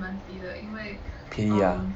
便宜 ah